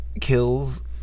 kills